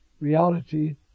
reality